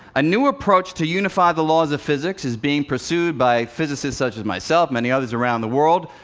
a new approach to unify the laws of physics is being pursued by physicists such as myself, many others around the world,